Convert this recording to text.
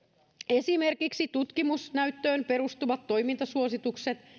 esimerkiksi tutkimusnäyttöön perustuvat toimintasuositukset